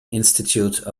institute